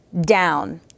down